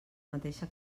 mateixa